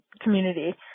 community